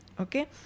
okay